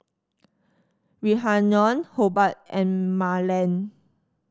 Rhiannon Hobart and Marland